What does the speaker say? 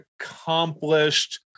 accomplished